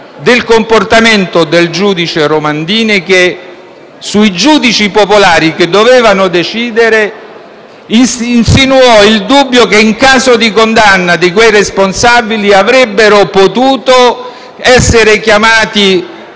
del comportamento del giudice Romandini che sui giudici popolari chiamati a decidere insinuò il dubbio che in caso di condanna di quei responsabili avrebbero potuto essere chiamati